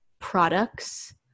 products